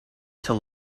till